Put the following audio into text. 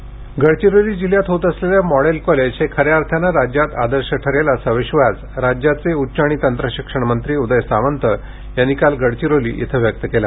गोंडवाना विद्यापीठ गडचिरोली जिल्हयात होत असलेलं मॉडेल कॉलेज हे खऱ्या अर्थाने राज्यात आदर्श ठरेल असा विश्वास राज्याचे उच्च आणि तंत्रशिक्षण मंत्री उदय सामंत यांनी काल गडचिरोलीमध्ये केलं